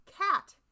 Cat